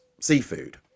seafood